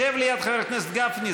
שב ליד חבר הכנסת גפני,